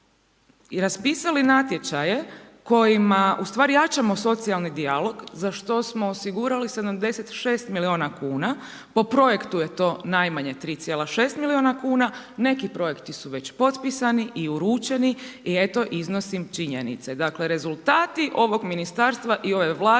i raspisali natječaje kojima ustvari jačamo socijalni dijalog za što smo osigurali 76 milijuna kuna, po projektu je to najmanje 3,6 milijuna kuna, neki projekti su već potpisani i uručeni i eto iznosim činjenice. Dakle rezultati ovog ministarstva i ove Vlade